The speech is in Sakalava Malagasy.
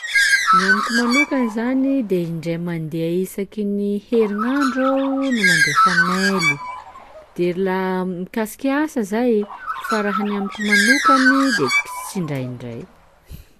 Ny manokany zany de indray mandeha isaky ny herignandro aho no mandefa maily, de laha mikasiky asa zay, fa raha ny amiko manokany de k- s- indraindray.